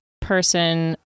person